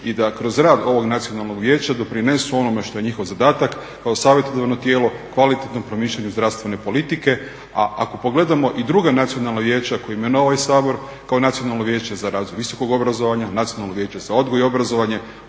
i da kroz rad ovog Nacionalnog vijeća doprinesu onome što je njihov zadatak kao savjetodavno tijelo kvalitetnom promišljanju zdravstvene politike. A ako pogledamo i druga nacionalna vijeća koja je imenovao ovaj Sabor, kao Nacionalno vijeće za razvoj visokog obrazovanja, Nacionalno vijeće za odgoj i obrazovanje